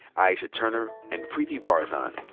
aisha turner, and preeti varathan.